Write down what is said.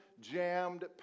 jammed